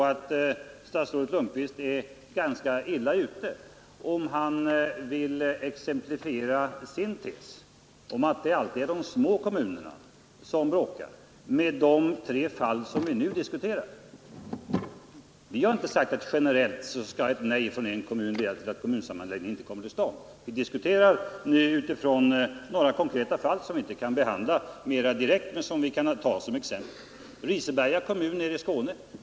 Men statsrådet Lundkvist är ganska illa ute om han vill exemplifiera den tesen med de tre fall vi nu diskuterar. Vi har inte generellt sagt att ett nej från en kommun skall leda till att kommunsammanläggningen inte kommer till stånd. Vi diskuterar nu med utgångspunkt från några konkreta fall, som vi inte kan behandla mera direkt men som vi kan ta som exempel. Först Riseberga kommun i Skåne.